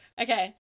Okay